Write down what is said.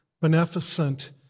beneficent